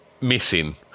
missing